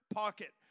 pocket